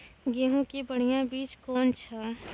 गेहूँ के बढ़िया बीज कौन छ?